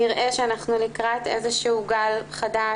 נראה שאנחנו לקראת איזה שהוא גל חדש,